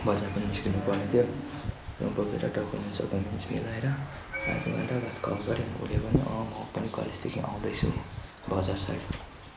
बजार पनि निस्किनु पर्ने थियो डकुमेन्टसकुमेन्ट मिलाएर कल गरेको उसले भन्यो अँ म पनि कलेजदेखि आउँदैछु बजार साइड